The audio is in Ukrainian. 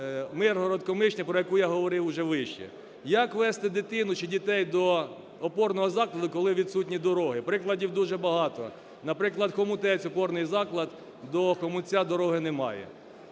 Миргород-Комишня, про яку я говорив уже вище. Як везти дитину чи дітей до опорного закладу, коли відсутні дороги? Прикладів дуже багато. Наприклад, Хомутець, опорний заклад, до Хомутця дороги немає.